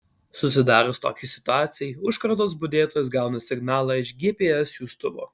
susidarius tokiai situacijai užkardos budėtojas gauna signalą iš gps siųstuvo